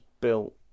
built